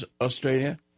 Australia